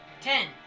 Ten